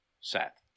set